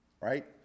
right